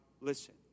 listen